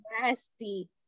nasty